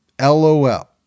LOL